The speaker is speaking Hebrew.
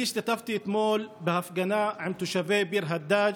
אני השתתפתי אתמול בהפגנה עם תושבי ביר הדאג'